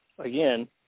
Again